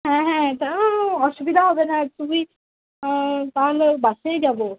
হ্যাঁ হ্যাঁ তা অসুবিধা হবে না তুই তাহলে ওই বাসেই যাব